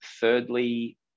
Thirdly